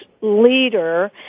leader